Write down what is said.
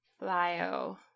bio